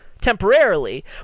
temporarily